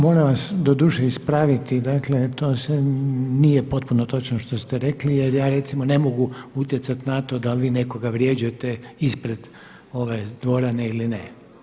Moram vas doduše ispraviti, dakle to sve nije potpuno točno što ste rekli jer ja recimo ne mogu utjecati na to da li vi nekoga vrijeđate ispred ove dvorane ili ne.